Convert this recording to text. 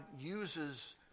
uses